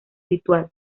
ritual